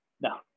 No